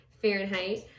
Fahrenheit